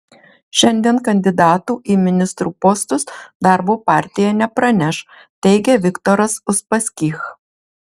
šiandien kandidatų į ministrų postus darbo partija nepraneš teigia viktoras uspaskich